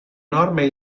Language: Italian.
norme